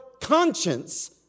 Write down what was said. conscience